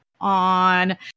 on